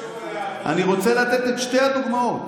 אני רוצה לתת את שתי הדוגמאות.